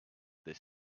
this